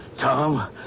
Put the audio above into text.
Tom